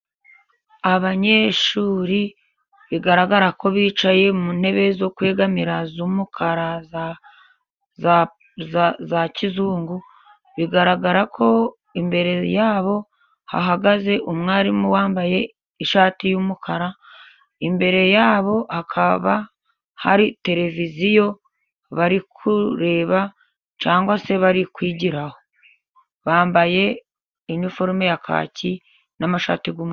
Abanyeshuri bigaragara ko bicaye mu ntebe zo kwegamira z'umukara za kizungu, bigaragara ko imbere yabo hahagaze umwarimu wambaye ishati y'umukara. Imbere yabo hakaba hari televiziyo bari kureba cyangwa se bari kwigiraho. Bambaye iniforume ya kaki n'amashati y'umweru.